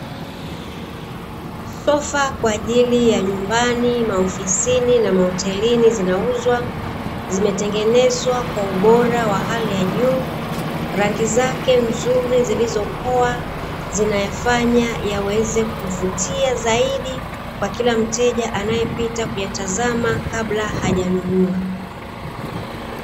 Sofa kwa ajili ya: majumbani, maofisini na mahotelini; zinauzwa, zimetengenezwa kwa ubora wa hali ya juu. Rangi zake nzuri zilizopoa zinayafanya yaweze kuvutia zaidi kwa kila mteja anayepita kuyatazama kabla hajanunua.